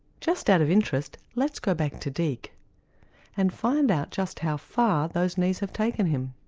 just out of interest let's go back to deek and find out just how far those knees have taken him.